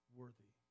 worthy